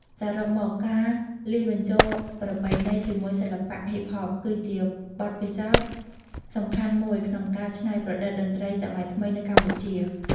សរុបមក ការលាយបញ្ចូលប្រពៃណីជាមួយសិល្បៈហ៊ីបហប គឺជាបទពិសោធន៍សំខាន់មួយក្នុងការច្នៃប្រឌិតតន្ត្រីសម័យថ្មីនៅកម្ពុជា។